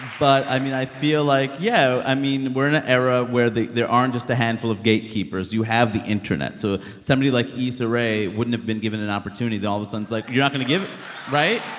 but, i mean, i feel like, yeah, i mean, we're in a era where they there aren't just a handful of gatekeepers. you have the internet. so somebody like issa rae wouldn't have been given an opportunity, then all of a sudden it's like, you're not going to give it right?